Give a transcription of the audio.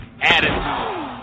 attitude